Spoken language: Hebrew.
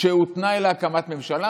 שהוא תנאי להקמת ממשלה.